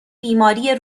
بیماری